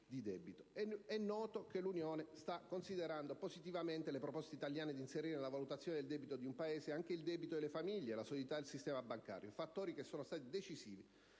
di debito. È noto che l'Unione sta considerando positivamente le proposte italiane di inserire nella valutazione del debito di un Paese anche il debito delle famiglie e la solidità del sistema bancario, fattori che sono stati decisivi